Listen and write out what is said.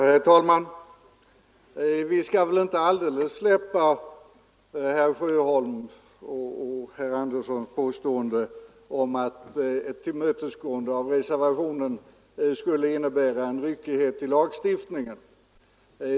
Herr talman! Vi skall väl inte alldeles släppa herr Sjöholm och hans påstående att ett tillmötesgående av reservationen skulle innebära en ryckighet i lagstiftningen.